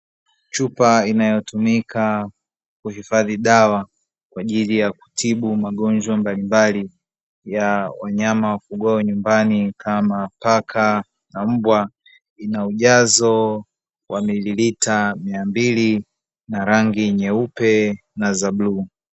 Chupa inayotumika kuhifadhi dawa kwa ajili ya kutibu magonjwa mbalimbali ya wanyama wafugwao nyumbani, kama paka na mbwa ina ujazo wa mililita 200 na rangi nyeupe na za bluu.